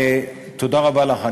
תודה רבה לך.